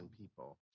people